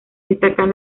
destacan